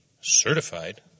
certified